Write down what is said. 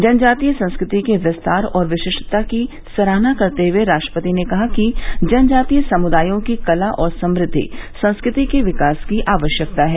जनजातीय संस्कृति के विस्तार और विशिष्टता की सराहना करते हुए राष्ट्रपति ने कहा कि जनजातीय समुदायों की कला और समुद्व संस्कृति के विकास की आवश्यकता है